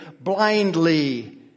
blindly